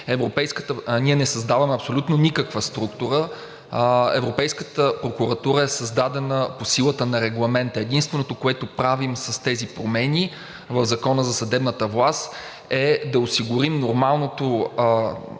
ние не създаваме абсолютно никаква структура. Европейската прокуратура е създадена по силата на регламент. Единственото, което правим с тези промени в Закона за съдебната власт, е да осигурим нормалното